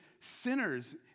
sinners